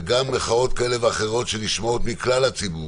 וגם מחאות כאלה ואחרות שנשמעות מכלל הציבור,